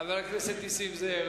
חבר הכנסת נסים זאב,